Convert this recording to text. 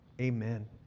Amen